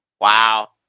Wow